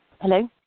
Hello